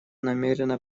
намерена